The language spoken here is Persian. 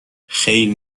خیر